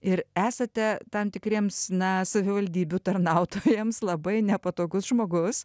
ir esate tam tikriems na savivaldybių tarnautojams labai nepatogus žmogus